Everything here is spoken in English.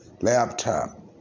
Laptop